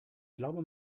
glaube